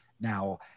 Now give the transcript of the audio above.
Now